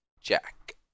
Jack